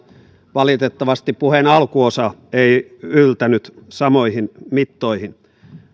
valitettavasti puheen alkuosa ei yltänyt samoihin mittoihin